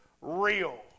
real